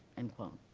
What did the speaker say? end quote.